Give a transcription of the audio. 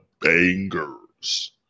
Bangers